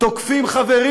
תוקפים חברים